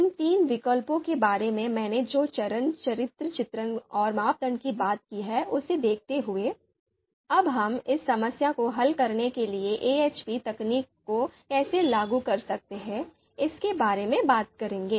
इन तीन विकल्पों के बारे में मैंने जो चरित्र चित्रण और मापदंड की बात की है उसे देखते हुए अब हम इस समस्या को हल करने के लिए AHP तकनीक को कैसे लागू कर सकते हैं इसके बारे में बात करेंगे